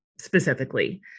specifically